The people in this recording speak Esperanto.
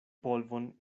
polvon